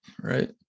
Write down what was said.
Right